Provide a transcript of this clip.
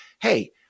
hey